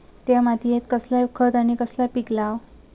त्या मात्येत कसला खत आणि कसला पीक लाव?